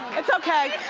it's okay.